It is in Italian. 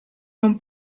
non